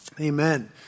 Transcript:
Amen